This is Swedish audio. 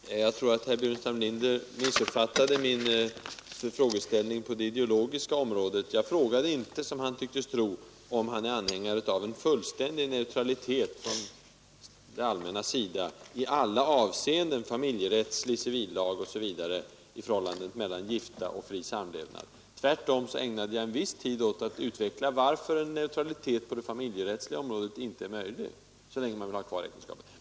Herr talman! Jag tror att herr Burenstam Linder missuppfattade min frågeställning på det ideologiska området. Jag frågade inte, som han tycktes tro, om han är anhängare av en fullständig neutralitet från det allmännas sida i alla avseenden familjerättsligt, när det gäller civillag osv. i förhållandet mellan giftermål och fri samlevnad. Tvärtom ägnade jag en viss tid åt att utveckla varför en neutralitet på det familjerättsliga området inte är möjlig så länge man vill ha kvar äktenskapet.